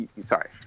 sorry